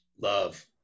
love